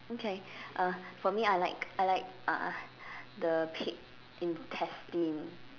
okay uh for me I like I like uh the pig intestine